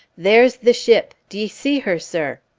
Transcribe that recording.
there's the ship. d'ye see her, sir?